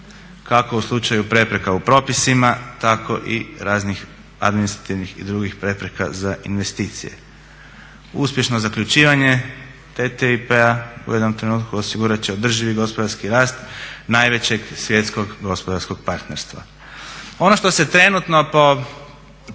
kako u slučaju prepreka u propisima, tako i raznih administrativnih i drugih prepreka za investicije. Uspješno zaključivanje TTIP-a u jednom trenutku osigurati će održivi gospodarski rast najvećeg svjetskog gospodarskog partnerstva. Ono što se trenutno po